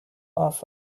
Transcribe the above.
off